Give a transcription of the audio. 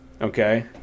okay